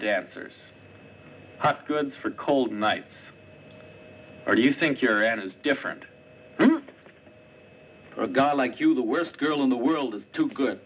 dancers good for cold night or do you think your end is different a guy like you the worst girl in the world is too good